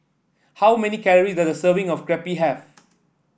how many calories does a serving of Crepe have